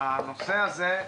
הנושא הזה,